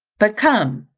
but come,